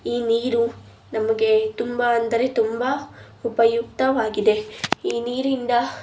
ಈ ನೀರು ನಮಗೆ ತುಂಬ ಅಂದರೆ ತುಂಬ ಉಪಯುಕ್ತವಾಗಿದೆ ಈ ನೀರಿಂದ